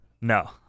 No